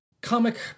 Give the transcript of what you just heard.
comic